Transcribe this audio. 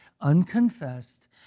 unconfessed